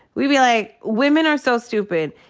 we'd be like, women are so stupid.